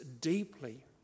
deeply